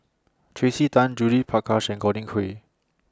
Tracey Tan Judith Prakash and Godwin Koay